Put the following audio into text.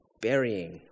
burying